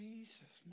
Jesus